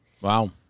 Wow